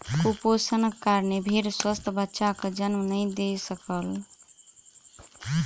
कुपोषणक कारणेँ भेड़ स्वस्थ बच्चाक जन्म नहीं दय सकल